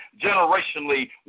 generationally